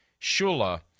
Shula